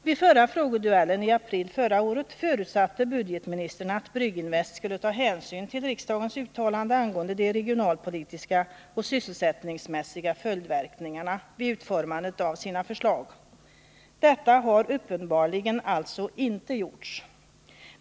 Vid frågeduellen i april förra året förutsatte budgetministern att Brygginvest skulle ta hänsyn till riksdagens uttalande angående de regionalpolitiska och sysselsättningsmässiga följdverkningarna vid utformandet av sina förslag. Detta har alltså uppenbarligen inte gjorts.